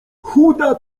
chuda